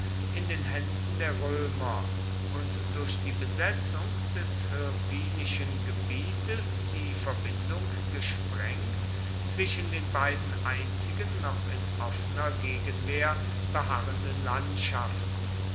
in den händen der römer und durch die besetzung des hirpinischen gebietes die verbindung gesprengt zwischen den beiden einzigen noch in offener gegenwehr beharrenden landschaften